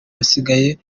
basigaye